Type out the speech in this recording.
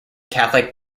catholic